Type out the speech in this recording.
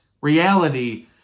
reality